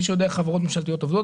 מי שיודע איך חברות ממשלתיות עובדות,